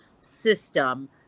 system